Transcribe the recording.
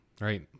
right